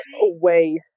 away